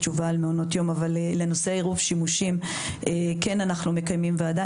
לנושא עירוב שימושים אנחנו מקיימים ועדה.